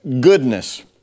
goodness